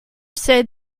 said